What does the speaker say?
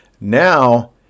now